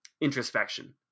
introspection